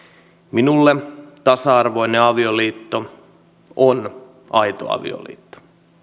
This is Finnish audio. minulle tasa arvoinen avioliitto on aito avioliitto